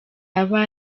aba